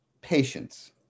patience